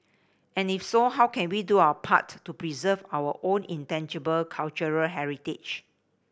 and if so how can we do our part to preserve our own intangible cultural heritage